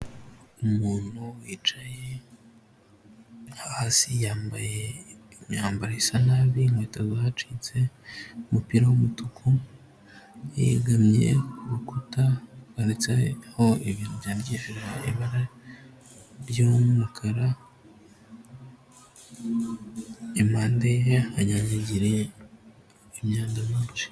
Umuntu wicaye hasi yambaye imyambaro isa nabi, inkweto zacitse, umupira w'umutuku, yegamye ku rukuta rwanditseho ibintu byandikishije ibara ry'umukara, impande ye hanyanyagiriye imyanda myinshi.